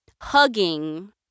hugging